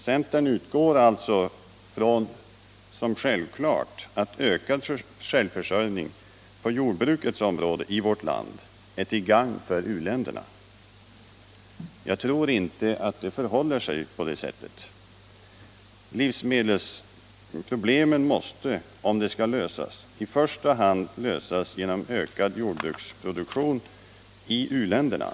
Centern utgår alltså ifrån som självklart att en ökad självförsörjning på jordbrukets område i vårt land är till gagn för u-länderna. Jag tror inte att det förhåller sig på det sättet. Om livsmedelsproblemet skall kunna lösas måste detta i första hand ske genom ökad jordbruksproduktion i u-länderna.